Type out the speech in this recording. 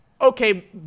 okay